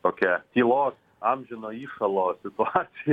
tokia tylos amžino įšalo situaciją